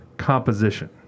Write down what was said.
Composition